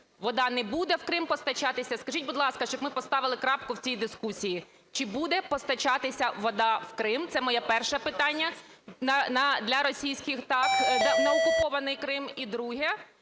водна не буде в Крим постачатися. Скажіть, будь ласка, щоб ми поставили крапку в цій дискусії. Чи буде постачатися вода в Крим? Це моє переш питання. Для російських, так, на окупований Крим. І друге.